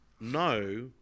no